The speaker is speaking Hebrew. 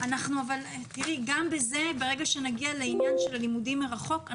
ברגע שנגיע לעניין של הלימודים מרחוק,